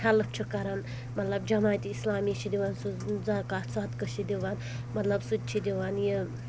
help چھِکھ کران مطلب جمعاتی اسلامی چھ دِوان سُہ زکات صدکہٕ چھِ دِوان مطلب سُہ تہِ دِوان یہِ